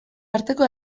arteko